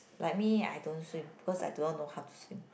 like me I don't swim because I do not know how to swim